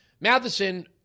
Matheson